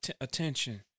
attention